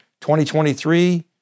2023